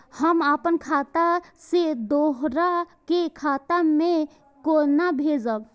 हम आपन खाता से दोहरा के खाता में केना भेजब?